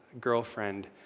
girlfriend